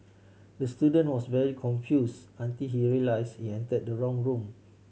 the student was very confuse until he realised entered the wrong room